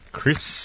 Chris